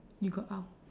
you got ov~